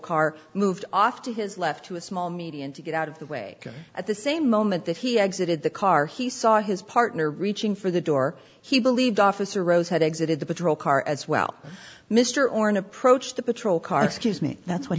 car moved off to his left to a small median to get out of the way at the same moment that he exited the car he saw his partner reaching for the door he believed officer rose had exited the patrol car as well mr oren approached the patrol car excuse me that's what